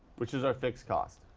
which is our fixed cost.